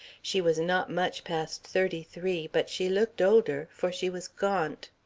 she was not much past thirty-three, but she looked older, for she was gaunt.